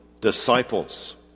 disciples